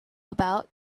about